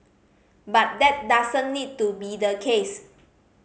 but that doesn't need to be the case